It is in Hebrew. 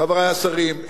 חברי השרים,